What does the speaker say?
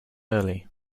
early